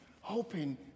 hoping